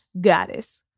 goddess